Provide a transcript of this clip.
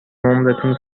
عمرتون